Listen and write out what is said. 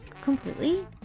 completely